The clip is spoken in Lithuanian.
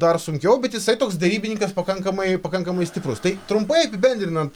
dar sunkiau bet jisai toks derybininkas pakankamai pakankamai stiprus tai trumpai apibendrinant